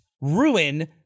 ruin